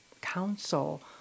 council